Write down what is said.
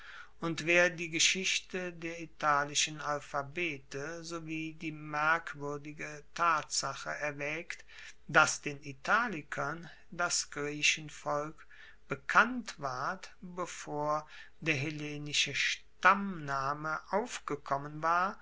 und wer die geschichte der italischen alphabete sowie die merkwuerdige tatsache erwaegt dass den italikern das griechenvolk bekannt ward bevor der hellenische stammname aufgekommen war